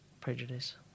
prejudice